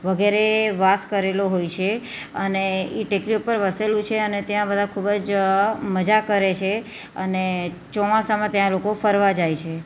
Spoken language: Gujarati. વગેરે વાસ કરેલો હોય છે અને એ ટેકરી ઉપર વસેલું છે અને ત્યાં બધા ખૂબ જ મજા કરે છે અને ચોમાસામાં ત્યાં લોકો ફરવા જાય છે